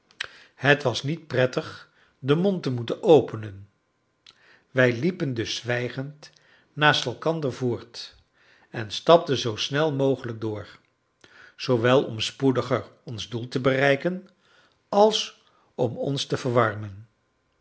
het was niet prettig den mond te moeten openen wij liepen dus zwijgend naast elkander voort en stapten zoo snel mogelijk door zoowel om spoediger ons doel te bereiken als om ons te verwarmen